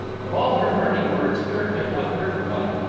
of all her burning words, kirk had not heard one.